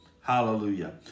hallelujah